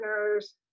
partners